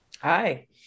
Hi